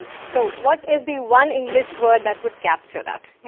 so what is the one english word that would capture that. yeah